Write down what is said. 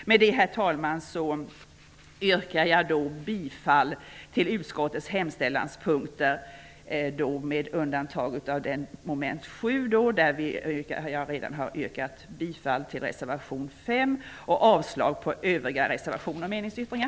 Med detta yrkar jag bifall till utskottets hemställan, med undantag för mom. 7 där jag redan har yrkat bifall till reservation 5, samt avslag på övriga reservationer och meningsyttringar.